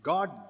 God